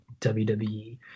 WWE